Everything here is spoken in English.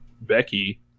Becky